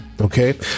okay